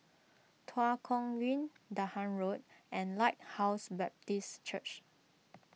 Tua Kong Green Dahan Road and Lighthouse Baptist Church